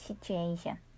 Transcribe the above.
situation